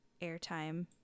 airtime